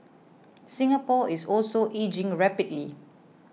Singapore is also ageing rapidly